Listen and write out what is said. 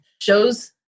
shows